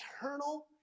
eternal